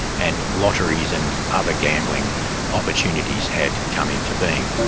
and lotteries and other gambling opportunities had come into being.